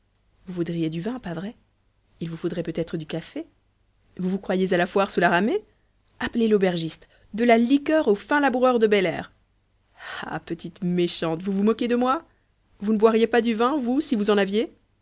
vous voudriez du vin pas vrai il vous faudrait peut-être du café vous vous croyez à la foire sous la ramée appelez l'aubergiste de la liqueur au fin laboureur de belair ah petite méchante vous vous moquez de moi vous ne boiriez pas du vin vous si vous en aviez